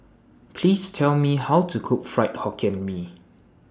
Please Tell Me How to Cook Fried Hokkien Mee